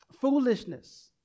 Foolishness